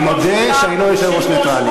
אני מודה שאני לא יושב-ראש נייטרלי.